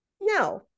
no